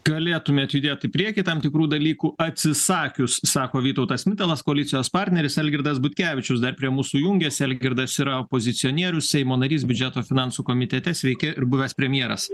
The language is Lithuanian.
galėtumėt judėt į priekį tam tikrų dalykų atsisakius sako vytautas mitalas koalicijos partneris algirdas butkevičius dar prie mūsų jungiasi algirdas yra opozicionierių seimo narys biudžeto finansų komitete sveiki ir buvęs premjeras